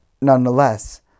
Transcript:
nonetheless